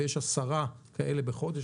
ויש עשרה כאלה בחודש,